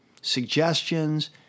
suggestions